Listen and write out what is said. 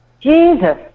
Jesus